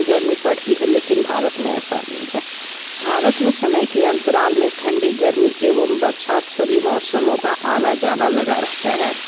गर्मी पड़ती है लेकिन भारत में ऐसा नहीं है भारत में समय के अंतराल में ठंडी गर्मी एवं बरसात सभी मौसमों का आना जाना लगा रहता है